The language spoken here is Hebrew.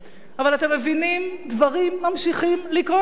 אבל, אתם מבינים, דברים ממשיכים לקרות לנו,